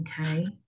okay